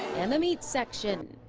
and the meat section.